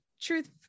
truth